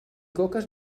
coques